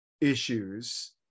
issues